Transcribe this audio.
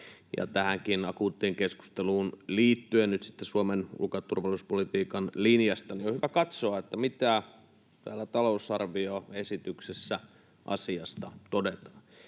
tähänkin akuuttiin keskusteluun liittyen nyt sitten Suomen ulko‑ ja turvallisuuspolitiikan linjasta, ja on hyvä katsoa, mitä täällä talousarvioesityksessä asiasta todetaan.